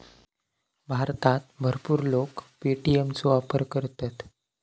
भारतात भरपूर लोक पे.टी.एम चो वापर करतत